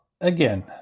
again